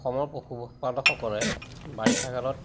অসমৰ পশুপালকসকলে বাৰিষা কালত